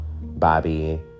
Bobby